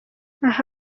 aha